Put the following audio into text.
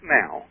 now